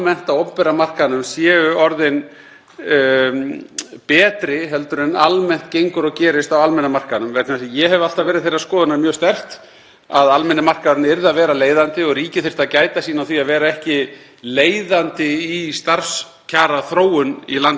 að almenni markaðurinn yrði að vera leiðandi og ríkið þyrfti að gæta sín á því að vera ekki leiðandi í starfskjaraþróun í landinu eða launaþróun. Hins vegar er það svo að það hentar sumum, að því er virðist, betur að búa við það umhverfi sem ríkið